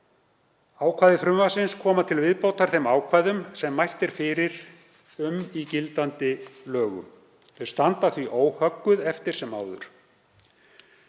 Ákvæði frumvarpsins koma til viðbótar þeim ákvæðum sem mælt er fyrir um í gildandi lögum. Þau standa því óhögguð eftir sem áður.